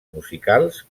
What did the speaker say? musicals